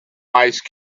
ice